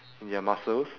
in their muscles